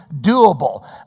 doable